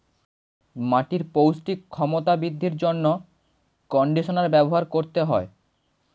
মাটির পৌষ্টিক ক্ষমতা বৃদ্ধির জন্য কন্ডিশনার ব্যবহার করতে হয়